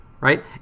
right